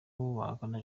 bahakana